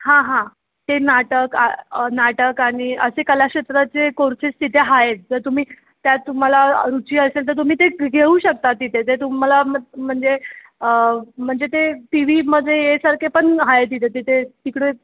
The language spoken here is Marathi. हां हां ते नाटक आ नाटक आणि असे कलाक्षेत्रात जे कोर्सेस तिथे आहेत जर तुम्ही त्यात तुम्हाला रुची असेल तर तुम्ही ते घेऊ शकता तिथे ते तुम्हाला म् म्हणजे म्हणजे ते टी वीमध्ये ये सारखे पण आहे तिथे तिकडे